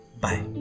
bye